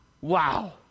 Wow